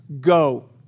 Go